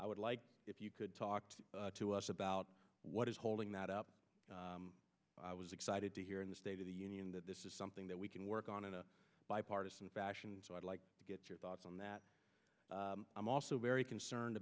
i would like if you could talk to us about what is holding that up i was excited to hear in the state of the union that this is something that we can work on in a bipartisan fashion so i'd like to get your thoughts on that i'm also very concerned